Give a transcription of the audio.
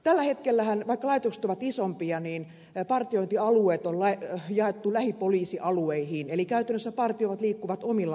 tällä hetkellähän vaikka laitokset ovat isompia niin partiointialueet on jaettu lähipoliisialueisiin eli käytännössä partiot liikkuvat omilla alueillaan